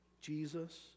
Jesus